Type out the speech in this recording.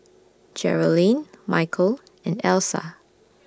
Geralyn Michal and Elsa